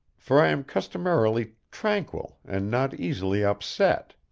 for i am customarily tranquil and not easily upset.